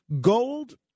Gold